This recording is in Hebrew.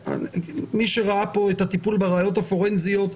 מי שראה פה את הטיפול בראיות הפורנזיות,